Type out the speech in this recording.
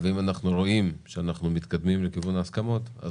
אם נראה שאנחנו מתקדמים לכיוון הסכמות,